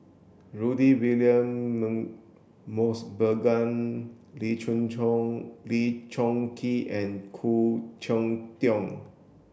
Rudy William Mosbergen Lee Choon Lee Choon Kee and Khoo Cheng Tiong